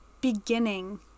beginning